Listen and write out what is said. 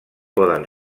poden